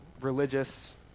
religious